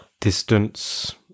distance